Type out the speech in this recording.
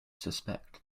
suspect